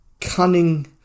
cunning